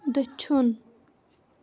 دٔچھُن